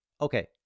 Okay